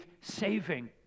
saving